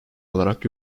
olarak